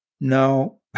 no